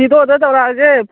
ꯐꯤꯗꯣ ꯑꯣꯗꯔ ꯇꯧꯔꯛꯂꯒꯦ